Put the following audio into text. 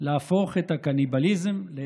להפוך את הקניבליזם לאפשרי.